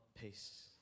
peace